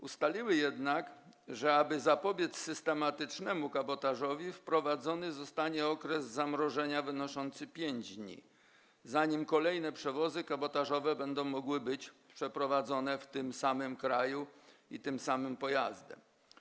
Ustaliły jednak, że aby zapobiec systematycznemu kabotażowi, wprowadzony zostanie okres zamrożenia wynoszący 5 dni, zanim kolejne przewozy kabotażowe będą mogły być przeprowadzone w tym samym kraju i tym samym pojazdem.